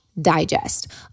digest